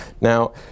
Now